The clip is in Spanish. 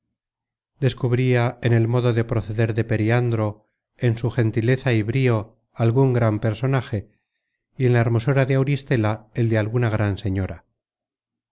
herencia descubria en el modo de proceder de periandro en su gentileza y brío algun gran personaje y en la hermosura de auristela el de alguna gran señora